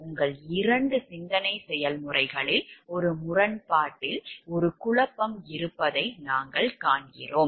உங்கள் 2 சிந்தனை செயல்முறைகளில் ஒரு முரண்பாட்டில் ஒரு குழப்பம் இருப்பதை நாங்கள் காண்கிறோம்